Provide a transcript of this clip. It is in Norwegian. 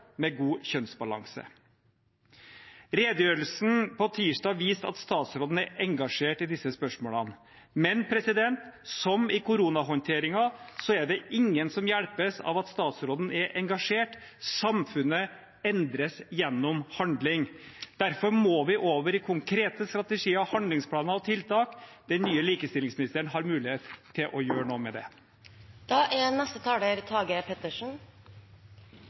med god kjønnsbalanse. Redegjørelsen på tirsdag viste at statsråden er engasjert i disse spørsmålene, men som i koronahåndteringen er det ingen som hjelpes av at statsråden er engasjert – samfunnet endres gjennom handling. Derfor må vi over i konkrete strategier, handlingsplaner og tiltak. Den nye likestillingsministeren har mulighet til å gjøre noe med